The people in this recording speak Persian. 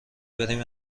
بریم